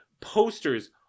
posters